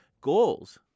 goals